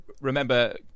remember